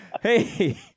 Hey